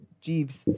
Jeeves